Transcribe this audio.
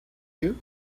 you